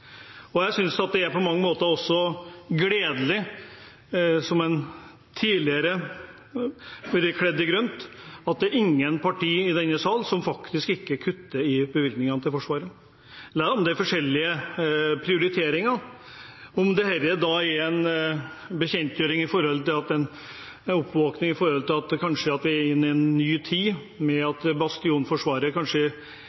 synes jeg det er gledelig at ingen partier i denne sal faktisk kutter i bevilgningene til Forsvaret – selv om det er forskjellige prioriteringer. Om dette er en oppvåkning knyttet til at vi er inne i en ny tid